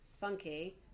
funky